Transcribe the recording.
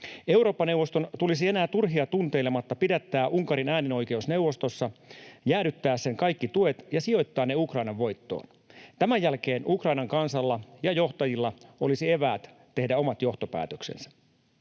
Eurooppa-neuvoston tulisi enää turhia tunteilematta pidättää Unkarin äänioikeus neuvostossa, jäädyttää sen kaikki tuet ja sijoittaa ne Ukrainan voittoon. Tämän jälkeen Ukrainan kansalla ja johtajilla olisi eväät tehdä omat johtopäätöksensä.